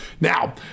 Now